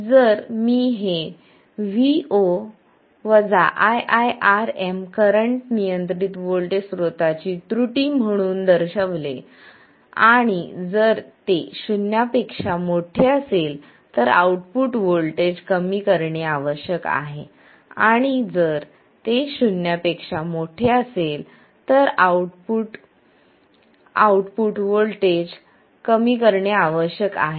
जर मी हे vo iiRm करंट नियंत्रित व्होल्टेज स्त्रोताची त्रुटी म्हणून दर्शविले आणि जर ते शून्या पेक्षा मोठे असेल तर आउटपुट व्होल्टेज कमी करणे आवश्यक आहे